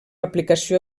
aplicació